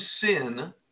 sin